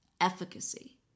efficacy